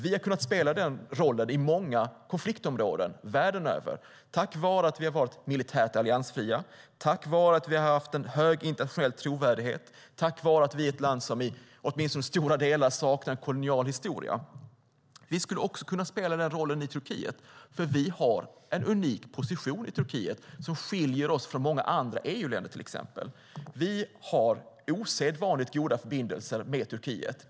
Vi har kunnat spela den rollen i många konfliktområden världen över tack vare att vi har varit militärt alliansfria, att vi har haft en hög internationell trovärdighet och att vi är ett land som till stor del saknar kolonial historia. Vi skulle kunna spela den rollen också i Turkiet. Vi har en unik position i Turkiet som skiljer oss från många andra EU-länder. Vi har osedvanligt goda förbindelser med Turkiet.